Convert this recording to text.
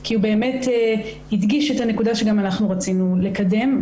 כי הוא באמת הדגיש את הנקודה שגם אנחנו רצינו לקדם,